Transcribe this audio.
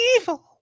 evil